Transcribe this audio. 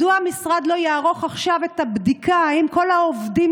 מדוע המשרד לא יערוך עכשיו את הבדיקה אם כל העובדים